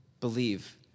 believe